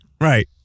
Right